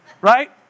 Right